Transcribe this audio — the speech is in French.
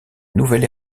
nouvel